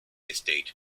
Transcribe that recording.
estate